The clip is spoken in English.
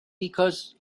because